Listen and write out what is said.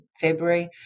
February